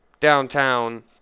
downtown